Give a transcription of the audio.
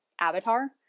avatar